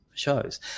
shows